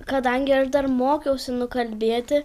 kadangi aš dar mokiausi nu kalbėti